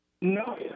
No